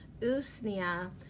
Usnia